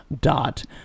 dot